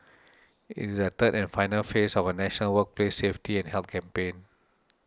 it is the third and final phase of a national workplace safety and health campaign